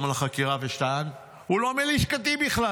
על החקירה וטען: הוא לא מלשכתי בכלל,